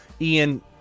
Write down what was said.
Ian